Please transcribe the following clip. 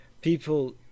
people